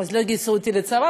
אז לא גייסו אותי לצבא,